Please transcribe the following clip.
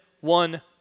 one